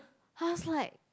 I was like